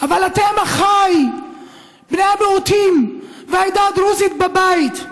אבל אתם, אחיי בני המיעוטים והעדה הדרוזית בבית,